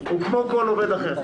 הוא כמו כל עובד אחר.